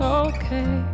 okay